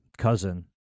cousin